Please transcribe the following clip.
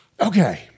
Okay